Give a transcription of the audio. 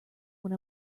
when